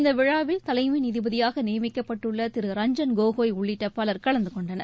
இந்த விழாவில் தலைமை நீதிபதியாக நியமிக்கப்பட்டுள்ள திரு ரஞ்சன் கோகோய் உள்ளிட்ட பலர் கலந்து கொண்டுள்ளனர்